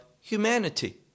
humanity